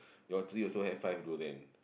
your tree also have five durian